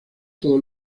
todo